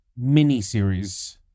miniseries